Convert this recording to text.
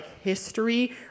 history